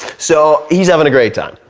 so he's having a great time,